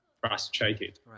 frustrated